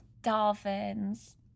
Dolphins